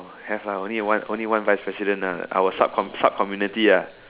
have a only one only one vice president ah our sub subcommunity ah